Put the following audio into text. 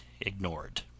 ignored